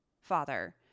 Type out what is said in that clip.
father